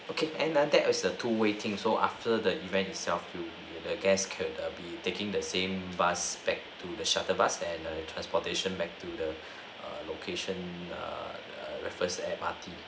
okay M_R_T is a two way thing so after the event itself do the guest could be taking the same bus back to the shuttle bus and the transportation back to the location err raffles M_R_T